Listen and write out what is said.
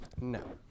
No